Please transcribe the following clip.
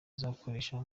izakoresha